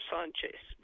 Sanchez